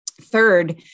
Third